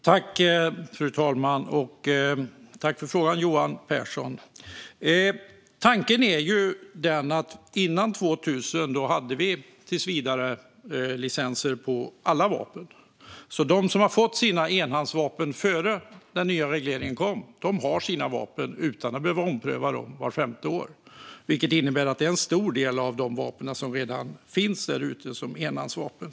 Fru talman! Tack för frågan, Johan Pehrson! Före år 2000 hade vi tillsvidarelicenser för alla vapen, så de som fick sina licenser för enhandsvapen innan den nya regleringen kom behöver inte ompröva licenserna vart femte år, vilket innebär att en stor del av de vapen som redan finns därute är enhandsvapen.